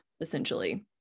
essentially